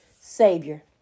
Savior